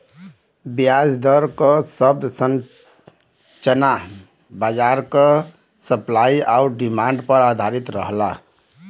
ब्याज दर क शब्द संरचना बाजार क सप्लाई आउर डिमांड पर आधारित रहला